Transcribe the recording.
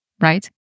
right